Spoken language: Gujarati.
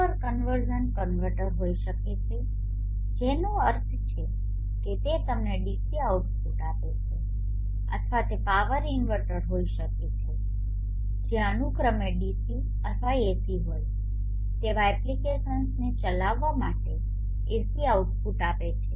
પાવર કન્વર્ઝન કન્વર્ટર હોઈ શકે છે જેનો અર્થ છે કે તે તમને ડીસી આઉટપુટ આપે છે અથવા તે પાવર ઇન્વર્ટર હોઈ શકે છે જે અનુક્રમે ડીસી અથવા એસી હોય તેવા એપ્લિકેશંસને ચલાવવા માટે એસી આઉટપુટ આપે છે